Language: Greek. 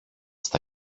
στα